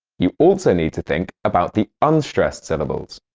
you also need to think about the unstressed syllables.